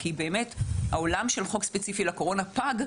כי העולם של חוק ספציפי לקורונה פג,